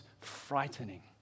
frightening